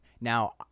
Now